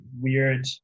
weird